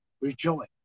rejoice